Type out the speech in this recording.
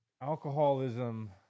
alcoholism